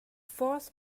fourth